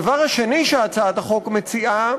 הדבר השני שהצעת החוק מציעה